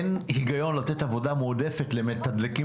אין היגיון לתת עבודה מעודפת למתדלקים